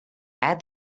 add